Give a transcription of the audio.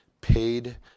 paid